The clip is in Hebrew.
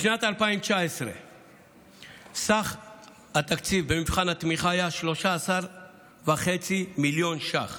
בשנת 2019 סך התקציב במבחן התמיכה היה 13.5 מיליון ש"ח,